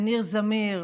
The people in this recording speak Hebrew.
ניר זמיר,